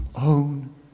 own